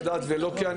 טוב, כשהוא בא